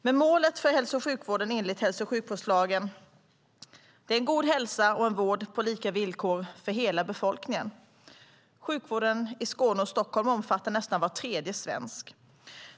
Men målet för hälso och sjukvården är enligt hälso och sjukvårdslagen en god hälsa och en vård på lika villkor för hela befolkningen. Sjukvården i Skåne och Stockholm omfattar nästan var tredje svensk.